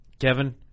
Kevin